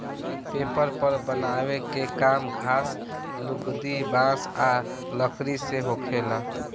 paper बनावे के काम घास, लुगदी, बांस आ लकड़ी से होखेला